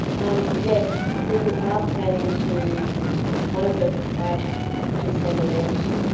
and yes we are planning to one of the acts to send a message